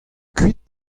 kuit